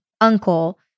uncle